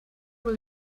will